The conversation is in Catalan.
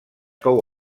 cou